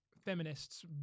feminists